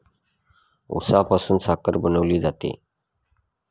उसापासून साखर बनवली जाते